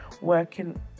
working